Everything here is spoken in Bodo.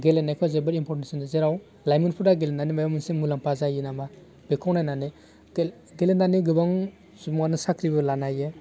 गेलेनायखौ जोबोद इम्परटेन्ट सानो जेराव लाइमोनफोरा गेलेनानै माबा मोनसे मुलाम्फा जायो नामा बेखौ नायनानै गेलेनानै गोबां सुबुङानो साख्रि लानो हायो